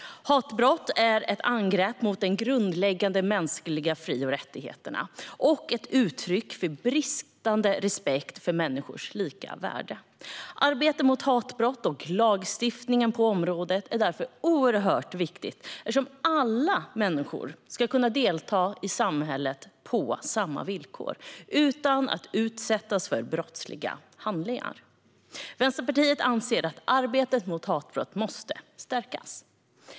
Hatbrott är ett angrepp mot de grundläggande mänskliga fri och rättigheterna och ett uttryck för bristande respekt för människors lika värde. Arbetet mot hatbrott och lagstiftningen på området är därför oerhört viktigt, eftersom alla människor ska kunna delta i samhället på samma villkor utan att utsättas för brottsliga handlingar. Vänsterpartiet anser att arbetet mot hatbrott måste stärkas.